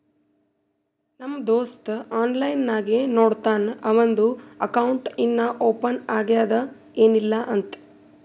ನಮ್ ದೋಸ್ತ ಆನ್ಲೈನ್ ನಾಗೆ ನೋಡ್ತಾನ್ ಅವಂದು ಅಕೌಂಟ್ ಇನ್ನಾ ಓಪನ್ ಆಗ್ಯಾದ್ ಏನಿಲ್ಲಾ ಅಂತ್